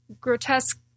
Grotesque